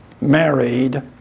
married